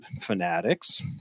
fanatics